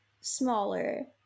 smaller